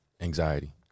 anxiety